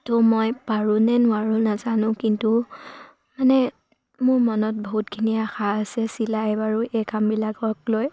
ত' মই পাৰোঁনে নোৱাৰো নাজানো কিন্তু মানে মোৰ মনত বহুতখিনি আশা আছে চিলাই বাৰু এই কামবিলাকক লৈ